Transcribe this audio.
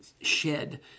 shed